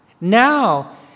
Now